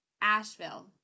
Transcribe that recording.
asheville